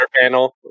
panel